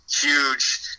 huge